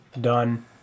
Done